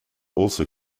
also